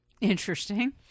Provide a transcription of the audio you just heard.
Interesting